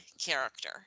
character